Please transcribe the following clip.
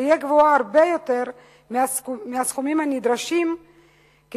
תהיה גבוהה הרבה יותר מהסכומים הנדרשים כדי